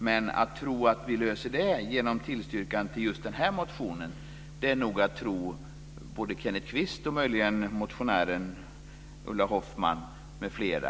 Men att tro att vi löser det genom ett tillstyrkande av just den här motionen är nog att tro både Kenneth Kvist och möjligen motionärerna Ulla